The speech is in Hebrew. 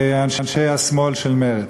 ואנשי השמאל של מרצ.